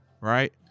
right